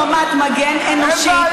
נותנים לו חומת מגן אנושית,